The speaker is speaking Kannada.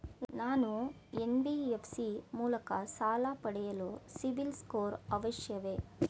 ನಾನು ಎನ್.ಬಿ.ಎಫ್.ಸಿ ಮೂಲಕ ಸಾಲ ಪಡೆಯಲು ಸಿಬಿಲ್ ಸ್ಕೋರ್ ಅವಶ್ಯವೇ?